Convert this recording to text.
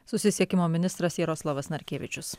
susisiekimo ministras jaroslavas narkevičius